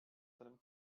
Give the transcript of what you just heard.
seinem